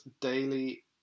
daily